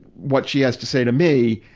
what she has to say to me,